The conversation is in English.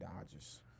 Dodgers